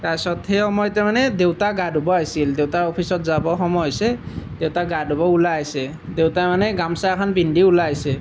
তাৰপিছত সেই সময়তে মানে দেউতা গা ধুব আহিছিল দেউতা অফিচত যাব সময় হৈছে দেউতা গা ধুব ওলাই আহিছে দেউতা মানে গামোচা এখন পিন্ধি ওলাই আহিছে